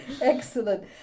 Excellent